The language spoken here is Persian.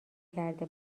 کرده